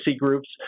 groups